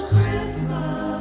Christmas